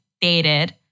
dated